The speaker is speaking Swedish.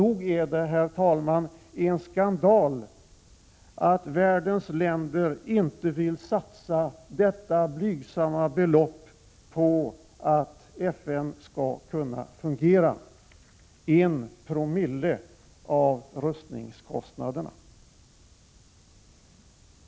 Nog är det en skandal att världens länder inte vill satsa detta blygsamma belopp på att FN skall kunna fungera — en promille av rustningskostnaderna.